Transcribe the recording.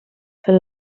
for